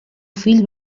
fill